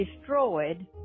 destroyed